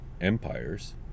empires